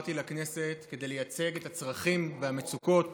נבחרתי לכנסת כדי לייצג את הצרכים והמצוקות